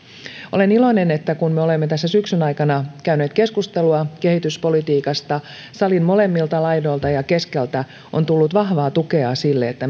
olen iloinen että kun me olemme tässä syksyn aikana käyneet keskustelua kehityspolitiikasta salin molemmilta laidoilta ja keskeltä on tullut vahvaa tukea sille että